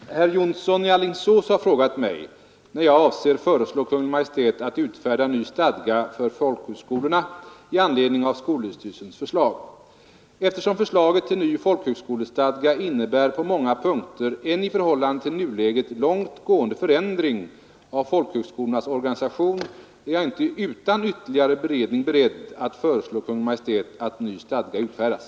Nr 118 Herr talman! Herr Jonsson i Alingsås har frågat mig, när jag avser Torsdagen den föreslå Kungl. Maj:t att utfärda ny stadga för folkhögskolorna i anledning 16 november 1972 2V skolöverstyrelsens förslag. —— Eftersom förslaget till ny folkhögskolestadga innebär på många Ang. ny stadga Re iz äl & p RR olkhögskol punkter en i förhållande till nuläget långt gående förändring av folkhögskolorna folkhögskolans organisation, är jag inte utan ytterligare beredning beredd att föreslå Kungl. Maj:t att ny stadga utfärdas.